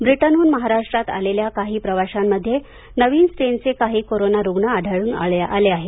ब्रिटनहून महाराष्ट्रात आलेल्या काही प्रवाशांमध्ये नवीन स्ट्रेनचे काही कोरोना रुग्ण आढळून आले आहेत